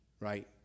Right